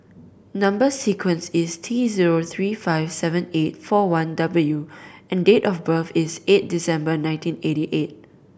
number sequence is T zero three five seven eight four one W and date of birth is eight December nineteen eighty eight